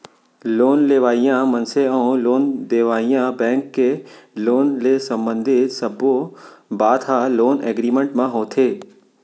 loan लेवइया मनसे अउ लोन देवइया बेंक के लोन ले संबंधित सब्बो बात ह लोन एगरिमेंट म होथे